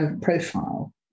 profile